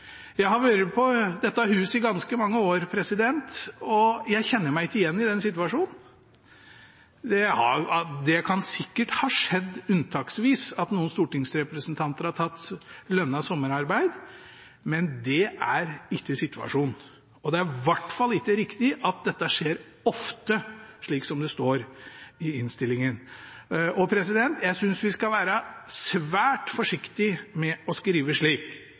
Jeg har vært på dette huset i ganske mange år, og jeg kjenner meg ikke igjen i den situasjonen. Det kan sikkert ha skjedd unntaksvis at noen stortingsrepresentanter har tatt lønnet sommerarbeid, men det er ikke situasjonen. Og det er i hvert fall ikke riktig at dette skjer ofte, slik det står i innstillingen. Jeg synes vi skal være svært forsiktige med å skrive